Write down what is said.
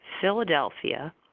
Philadelphia